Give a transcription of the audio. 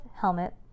helmet